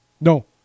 No